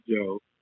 Joe